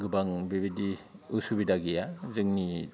गोबां बेबायदि उसुबिदा गैया जोंनि